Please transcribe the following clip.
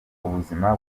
ubuzima